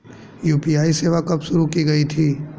UPI सेवा कब शुरू की गई थी?